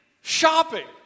shopping